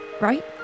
right